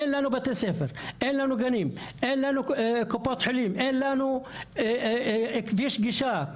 אין לנו בתי ספר, גנים, קופות חולים, כביש גישה.